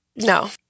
no